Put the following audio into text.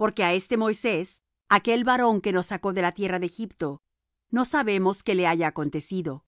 porque á este moisés aquel varón que nos sacó de la tierra de egipto no sabemos qué le haya acontecido